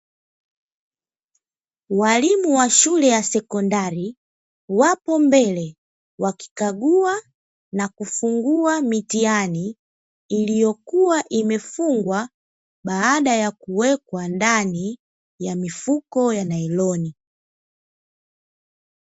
Walimu wa shule ya sekondari wapo mbele wakikagua na kufungua mitihani, iliyokuwa imefungwa baada ya kuwekwa ndani ya mifuko ya nailoni.